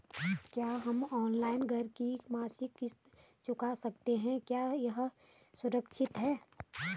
क्या हम ऑनलाइन घर की मासिक किश्त चुका सकते हैं क्या यह सुरक्षित है?